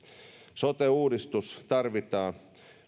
sote uudistus tarvitaan